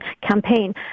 campaign